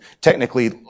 technically